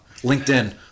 LinkedIn